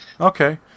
Okay